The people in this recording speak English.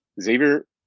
Xavier